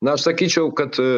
na aš sakyčiau kad